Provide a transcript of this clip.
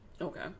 Okay